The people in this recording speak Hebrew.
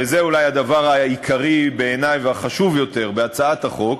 וזה אולי הדבר העיקרי בעיני והחשוב יותר בהצעת החוק,